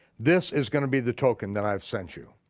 this is gonna be the token that i have sent you